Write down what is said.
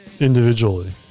individually